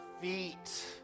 feet